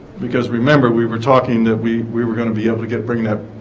because remember we were talking that we we were going to be able to get bringing that